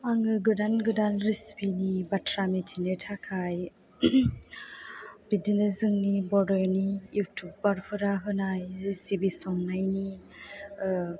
आङो गोदान गोदान रिसिपिनि बाथ्रा मिथिनो थाखाय बिदिनो जोंनि बड'नि युटुबारफोरा होनाय रिसिपि संनायनि